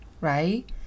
right